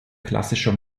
klassischer